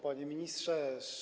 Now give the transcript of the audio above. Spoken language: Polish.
Panie Ministrze!